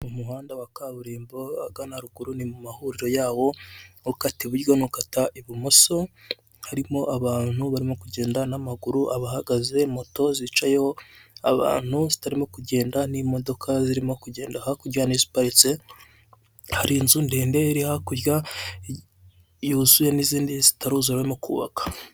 Mu muhanda wa kaburimbo ahagana ruguru ni mu mahuriro yawo ukata iburyo n'ukata ibumoso, harimo abantu barimo kugenda n'amaguru, abahagaze, moto zicayeho abantu zitarimo kugenda n'imodoka zirimo kugenda hakurya n'iziparitse, hari inzu ndende iri hakurya yuzuye n'izindi zitaruzura barimo kubaka.